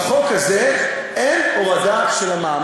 בחוק הזה אין הורדה של המע"מ,